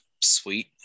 Sweet